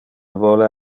vole